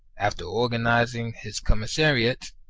after organising his commissariat,